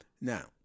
now